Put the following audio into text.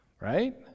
right